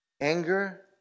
anger